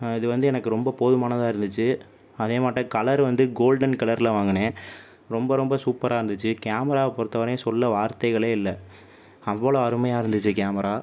இது வந்து எனக்கு ரொம்ப போதுமானதாக இருந்துச்சு அதேமாட்டம் கலர் வந்து கோல்டன் கலரில் வாங்கினேன் ரொம்ப ரொம்ப சூப்பராக இருந்துச்சு கேமராவை பொறுத்தவரை சொல்ல வார்த்தைகளே இல்லை அவ்வளோ அருமையாக இருந்துச்சு கேமரா